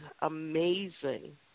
amazing